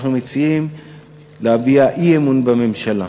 אנחנו מציעים להביע אי-אמון בממשלה.